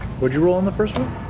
what'd you roll on the first one?